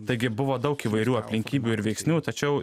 taigi buvo daug įvairių aplinkybių ir veiksnių tačiau